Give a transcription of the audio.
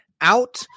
out